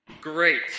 Great